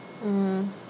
mm